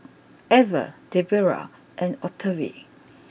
Elva Debera and Octavie